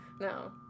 No